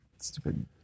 Stupid